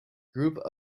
group